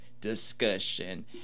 discussion